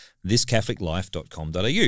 ThisCatholicLife.com.au